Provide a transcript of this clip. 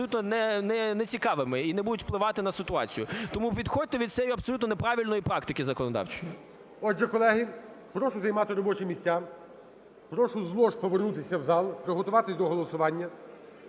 нецікавими і не будуть впливати на ситуацію. Тому відходьте від цієї абсолютно неправильної практики законодавчої. ГОЛОВУЮЧИЙ. Отже, колеги, прошу займати робочі місця. Прошу з лож повернутися в зал, приготуватись до голосування.